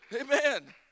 Amen